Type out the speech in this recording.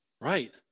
Right